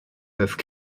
peuvent